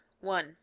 One